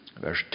Verse